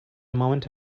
moment